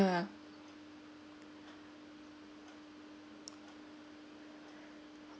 err